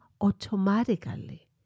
automatically